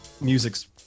music's